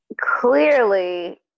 clearly